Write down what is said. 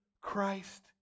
Christ